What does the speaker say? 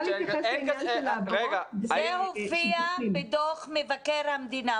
זה הופיע בדוח מבקר המדינה.